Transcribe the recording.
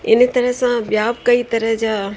हिन तरह सां ॿिया बि कई तरह जा